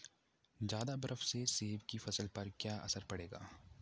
ज़्यादा बर्फ से सेब की फसल पर क्या असर पड़ेगा?